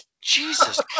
Jesus